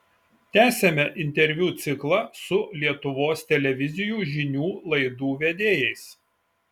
tęsiame interviu ciklą su lietuvos televizijų žinių laidų vedėjais